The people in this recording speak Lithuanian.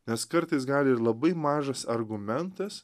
nes kartais gali ir labai mažas argumentas